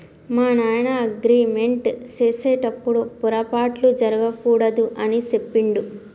మా నాయన అగ్రిమెంట్ సేసెటప్పుడు పోరపాట్లు జరగకూడదు అని సెప్పిండు